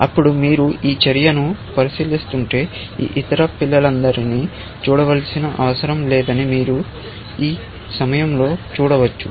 అప్పుడు మీరు ఈ చర్యను పరిశీలిస్తుంటే ఈ ఇతర పిల్లలందరినీ చూడవలసిన అవసరం లేదని మీరు ఈ సమయంలో చూడవచ్చు